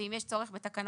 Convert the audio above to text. ואם יש צורך בתקנות,